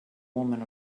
woman